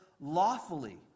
lawfully